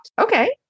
Okay